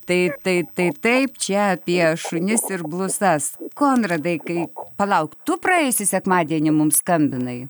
tai tai tai taip čia apie šunis ir blusas konradai kai palauk tu praėjusį sekmadienį mums skambinai